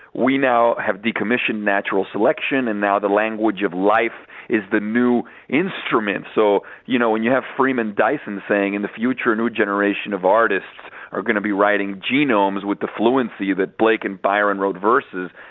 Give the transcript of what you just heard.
we now have de-commissioned natural selection and now the language of life is the new instrument, so you know, when you have freeman dyson saying in the future a new generation of artists are going to be writing genomes with the fluency that blake and byron wrote verses.